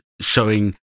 showing